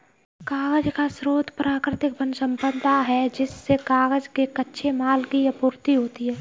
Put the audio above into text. कागज का स्रोत प्राकृतिक वन सम्पदा है जिससे कागज के कच्चे माल की आपूर्ति होती है